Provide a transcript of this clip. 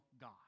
God